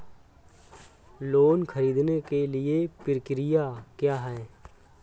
Loan ख़रीदने के लिए प्रक्रिया क्या है?